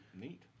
neat